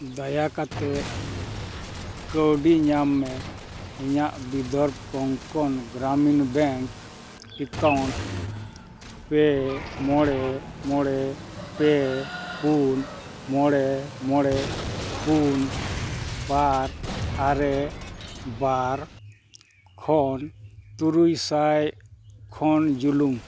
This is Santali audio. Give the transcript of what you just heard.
ᱫᱟᱭᱟ ᱠᱟᱛᱮᱫ ᱠᱟᱹᱣᱰᱤ ᱧᱟᱢ ᱢᱮ ᱤᱧᱟᱹᱜ ᱵᱤᱫᱽᱫᱩᱛ ᱠᱚᱝᱠᱚᱱ ᱜᱨᱟᱢᱤᱱ ᱵᱮᱝᱠ ᱮᱠᱟᱣᱩᱱᱴ ᱯᱮ ᱢᱚᱬᱮ ᱢᱚᱬᱮ ᱯᱮ ᱯᱩᱱ ᱢᱚᱬᱮ ᱢᱚᱬᱮ ᱯᱩᱱ ᱵᱟᱨ ᱟᱨᱮ ᱵᱟᱨ ᱠᱷᱚᱱ ᱛᱩᱨᱩᱭ ᱥᱟᱭ ᱠᱷᱚᱱ ᱡᱩᱞᱩᱝ